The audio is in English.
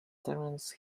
terence